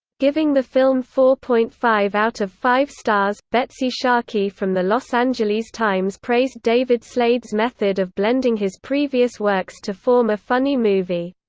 giving the film four point five out of five stars, betsey sharkey from the los angeles times praised david slade's method of blending his previous works to form a funny movie.